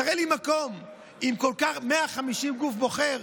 תראה לי מקום עם 150 בגוף הבוחר.